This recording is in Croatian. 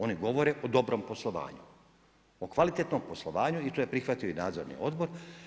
Oni govore o dobrom poslovanju, o kvalitetnom poslovanju i to je prihvatio i Nadzorni odbor.